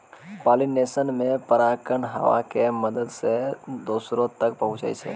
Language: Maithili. पालिनेशन मे परागकण हवा के मदत से दोसरो तक पहुचै छै